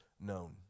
known